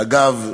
שאגב,